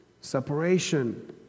separation